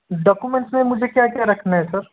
documents में मुझे क्या क्या रखना है सर